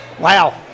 Wow